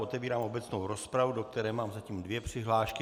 Otevírám obecnou rozpravu, do které mám zatím dvě přihlášky.